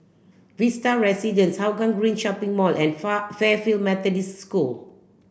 Vista Residences Hougang Green Shopping Mall and Far Fairfield Methodist School